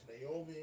Naomi